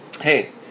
hey